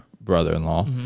brother-in-law